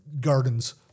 gardens